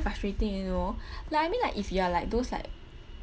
frustrating you know like I mean like if you are like those like